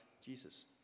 Jesus